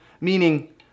meaning